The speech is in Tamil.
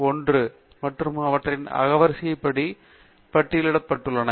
1 மற்றும் அவற்றின் அகரவரிசையில் பட்டியலிடப்பட்டுள்ளன